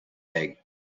egg